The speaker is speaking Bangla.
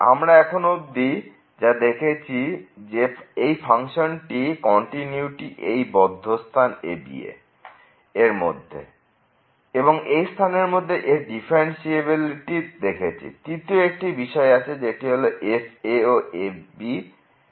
আমরা এখন অবধি যা দেখেছি যে এই ফাংশনটির কন্টিনিউটি এই বদ্ধ স্থান ab এর মধ্যে এবং এই স্থানের মধ্যে এর ডিফারেন্সএবিলিটি দেখেছি তৃতীয় একটি বিষয় আছে যেটি হল f ও f সমান